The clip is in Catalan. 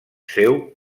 seu